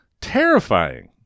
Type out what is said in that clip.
Terrifying